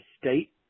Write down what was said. state